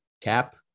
Cap